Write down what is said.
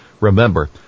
Remember